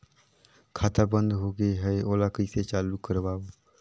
खाता बन्द होगे है ओला कइसे चालू करवाओ?